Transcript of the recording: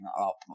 up